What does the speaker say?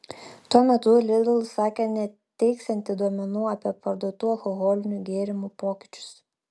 tuo metu lidl sakė neteiksiantys duomenų apie parduotų alkoholinių gėrimų pokyčius